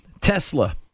Tesla